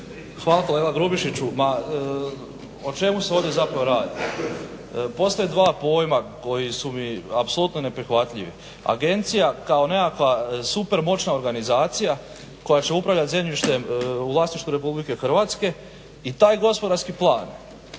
Hvala kolega Grubišiću. Ma o ćemo se ovdje zapravo radi, postoje dva pojma koji su mi apsolutno neprihvatljivi. Agencija kao nekakva super moćna organizacija koja će upravljat zemljištem u vlasništvu RH i taj gospodarski plan.